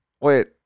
Wait